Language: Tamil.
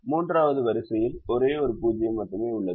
மூன்றாவது வரிசையில் ஒரே ஒரு 0 மட்டுமே உள்ளது